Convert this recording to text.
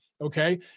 Okay